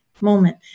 moment